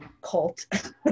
cult